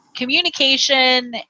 Communication